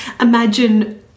imagine